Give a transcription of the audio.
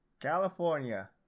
California